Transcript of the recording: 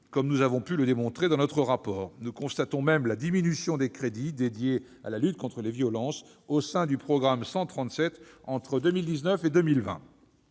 comme nous avons pu le démontrer dans notre rapport. Nous constatons même la diminution des crédits consacrés à la lutte contre les violences, au sein du programme 137, entre 2019 et 2020.